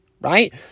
Right